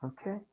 Okay